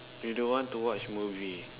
you don't want to watch movie